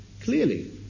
Clearly